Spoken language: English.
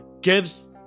gives